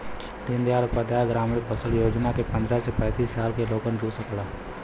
दीन दयाल उपाध्याय ग्रामीण कौशल योजना से पंद्रह से पैतींस साल क लोग जुड़ सकला